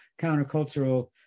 countercultural